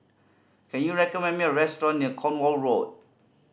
can you recommend me a restaurant near Cornwall Road